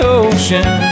ocean